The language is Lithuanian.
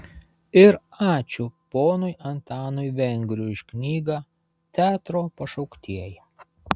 ir ačiū ponui antanui vengriui už knygą teatro pašauktieji